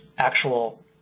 actual